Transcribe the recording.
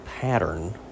pattern